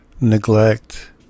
neglect